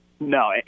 No